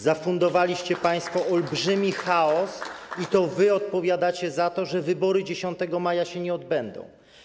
Zafundowaliście państwo olbrzymi chaos i to wy odpowiadacie za to, że wybory 10 maja się nie odbędą.